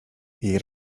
jej